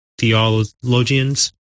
theologians